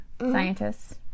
scientists